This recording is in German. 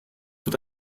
wird